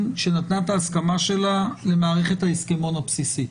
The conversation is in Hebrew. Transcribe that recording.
שנתנה את הסכמתה למערכת ההסכמון הבסיסית.